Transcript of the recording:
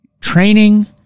training